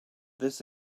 this